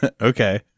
Okay